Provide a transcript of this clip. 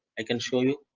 i can show